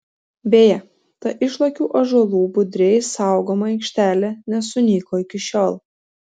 beje ta išlakių ąžuolų budriai saugoma aikštelė nesunyko iki šiol